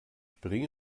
bringe